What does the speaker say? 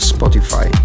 Spotify